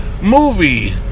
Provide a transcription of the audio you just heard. movie